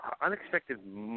unexpected